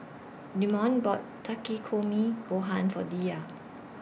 Demond bought Takikomi Gohan For Diya